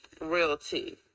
realty